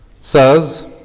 says